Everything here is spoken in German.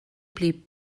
blieb